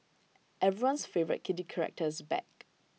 everyone's favourite kitty character is back